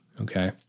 Okay